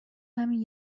همین